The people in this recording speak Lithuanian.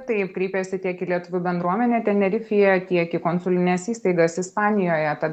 taip kreipiasi tiek į lietuvių bendruomenę tenerifėje tiek į konsulines įstaigas ispanijoje tad